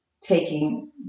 taking